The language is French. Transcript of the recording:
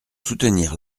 soutenir